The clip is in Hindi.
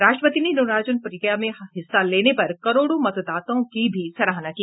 राष्ट्रपति ने निर्वाचन प्रक्रिया में हिस्सा लेने पर करोड़ों मतदाताओं की भी सराहना की